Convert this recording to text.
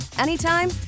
anytime